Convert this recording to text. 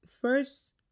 first